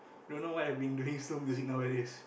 don't know why I've been doing slow music nowadays